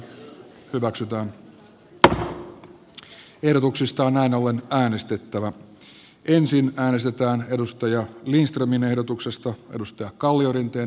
hallitus ei ole myöskään kyennyt esittämään välittömiä toimia joilla suomen taloutta ja työllisyyttä voidaan kohentaa